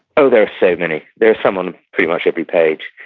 oh, there are so many. there are some on pretty much every page.